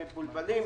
הם מבולבלים,